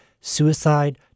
Suicide